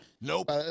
Nope